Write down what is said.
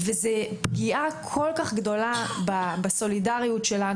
זוהי פגיעה כל כך גדולה בסולידריות שלנו.